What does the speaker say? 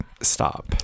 stop